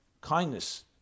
kindness